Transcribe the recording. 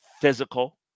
Physical